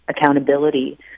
accountability